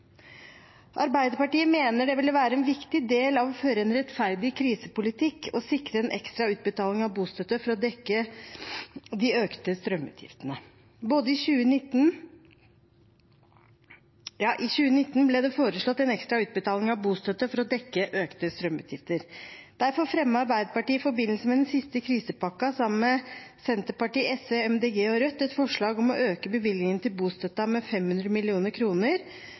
Arbeiderpartiet mener det ville være en viktig del av å føre en rettferdig krisepolitikk å sikre en ekstra utbetaling av bostøtte for å dekke de økte strømutgiftene. I 2019 ble det foreslått en ekstra utbetaling av bostøtte for å dekke økte strømutgifter. Derfor fremmet Arbeiderpartiet, sammen med Senterpartiet, SV, Miljøpartiet De Grønne og Rødt, i forbindelse med den siste krisepakken et forslag om å øke bevilgningen til bostøtten med 500